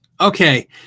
Okay